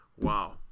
wow